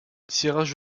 tirage